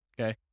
okay